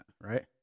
right